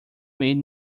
made